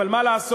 אבל מה לעשות,